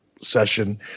session